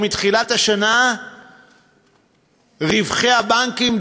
ומתחילת השנה רווחי הבנקים,